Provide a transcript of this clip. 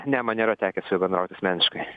ne man nėra tekę su juo bendraut asmeniškai